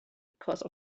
because